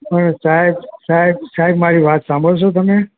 હવે સાહેબ સાહેબ સાહેબ મારી વાત સાંભળશો તમે